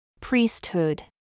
Priesthood